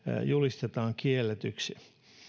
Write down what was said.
julistetaan kielletyksi